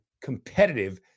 Competitive